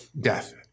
death